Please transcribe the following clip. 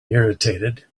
irritated